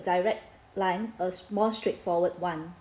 direct line a small straightforward one